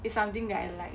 it's something that I like